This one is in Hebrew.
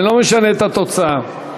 ולא משנה את התוצאה.